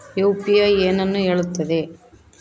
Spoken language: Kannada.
ಯು.ಪಿ.ಐ ಏನನ್ನು ಹೇಳುತ್ತದೆ?